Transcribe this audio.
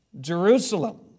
Jerusalem